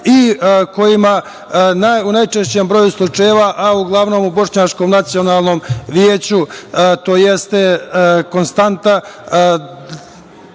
i kojima, u najčešćem broju slučajeva, a uglavnom u Bošnjačkom nacionalnom veću to je jeste konstanta.